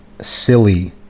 silly